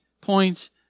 points